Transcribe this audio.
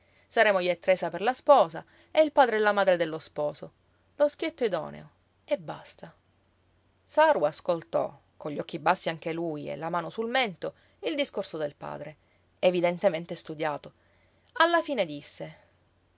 saremo io e tresa per la sposa e il padre e la madre dello sposo lo schietto idoneo e basta saru ascoltò con gli occhi bassi anche lui e la mano sul mento il discorso del padre evidentemente studiato alla fine disse